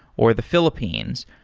or the philippines.